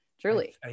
truly